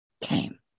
came